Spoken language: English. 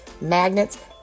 magnets